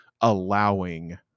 allowing